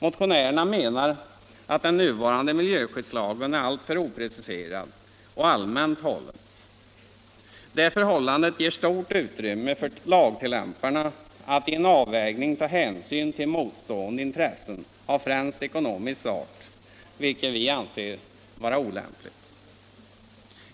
Motionärerna menar att den nuvarande miljöskyddslagen är alltför opreciserad och allmänt hållen. Detta förhållande ger stort utrymme för lagtillämparna att i en avvägning ta hänsyn till motstående intressen av främst ekonomisk art, vilket vi anser olämpligt.